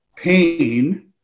Pain